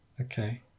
Okay